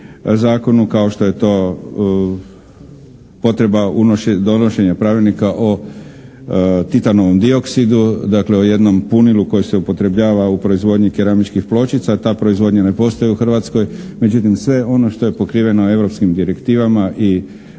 zakonu kao što je to potreba donošenja pravilnika o titanovom dioksidu, dakle o jednom punilu kojeg se upotrebljava u proizvodnji keramičkih pločica. Ta proizvodnja ne postoji u Hrvatskoj. Međutim, sve ono što je pokriveno europskim direktivama i